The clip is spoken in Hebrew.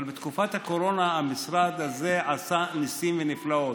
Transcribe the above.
אבל בתקופת הקורונה המשרד הזה עשה ניסים ונפלאות.